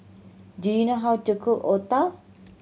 do you know how to cook otah